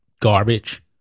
garbage